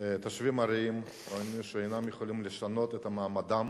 תושבים ארעיים טענו שאינם יכולים לשנות את מעמדם